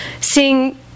seeing